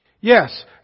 Yes